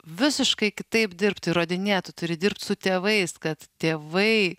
visiškai kitaip dirbti įrodinėt tų turi dirbti su tėvais kad tėvai